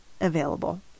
available